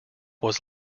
was